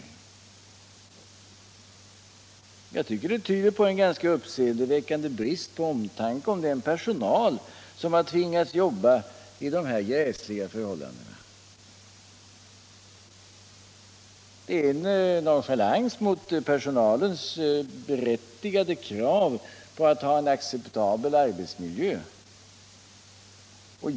De relaterade förhållandena tyder på en ganska uppseendeväckande brist på omtanke om den personal som tvingats jobba i denna gräsliga miljö. De innebär en nonchalans mot personalens berättigade krav på en acceptabel arbetsmiljö.